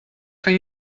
kan